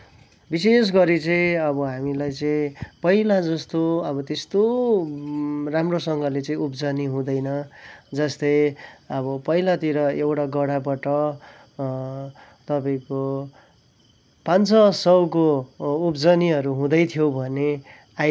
विशेष गरी चाहिँ अब हामीलाई चाहिँ पहिला जस्तो अब त्यस्तो राम्रोसँगले चाहिँ उब्जनी हुँदैन जस्तै अब पहिलातिर एउटा गह्राबाट तपाईँको पाँच छ सयको उब्जनीहरू हुँदै थियो भने अहिले